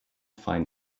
find